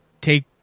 take